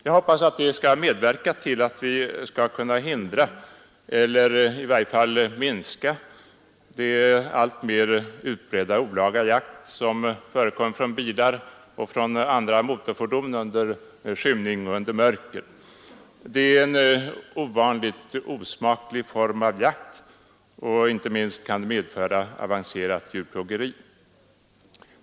Jag hoppas att det skall medverka till att vi skall kunna hindra eller i varje fall minska den alltmer utbredda olaga jakt som förekommer från bilar och andra motorfordon under skymning och mörker. Det är en ovanligt osmaklig form av jakt, som inte minst kan medföra avancerat djurplågeri.